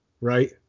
right